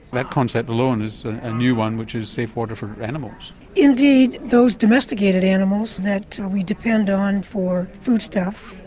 that concept alone is a new one which is safe water for animals. indeed, those domesticated animals that we depend on for food stuff,